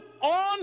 on